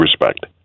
respect